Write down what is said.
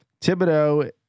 Thibodeau